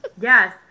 Yes